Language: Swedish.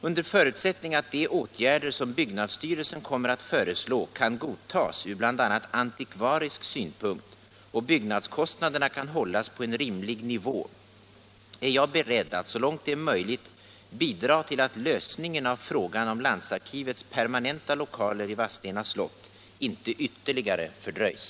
Under förutsättning att de åtgärder som byggnadsstyrelsen kommer att föreslå kan godtas ur bl.a. antikvarisk synpunkt och byggnadskostnaderna kan hållas på en rimlig nivå är jag beredd att så långt det är möjligt bidra till att lösningen av frågan om landsarkivets permanenta lokaler i Vadstena slott inte ytterligare fördröjs.